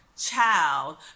child